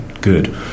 good